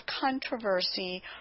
controversy